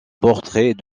portrait